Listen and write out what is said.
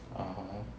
(uh huh)